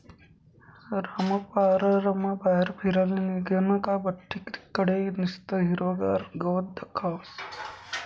रामपाररमा बाहेर फिराले निंघनं का बठ्ठी कडे निस्तं हिरवंगार गवत दखास